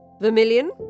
Vermilion